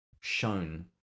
shown